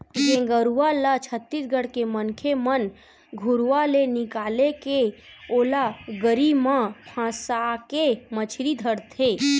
गेंगरूआ ल छत्तीसगढ़ के मनखे मन घुरुवा ले निकाले के ओला गरी म फंसाके मछरी धरथे